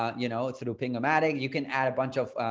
ah you know through ping ematic. you can add a bunch of.